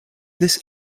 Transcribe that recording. this